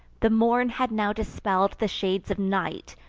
the morn had now dispell'd the shades of night,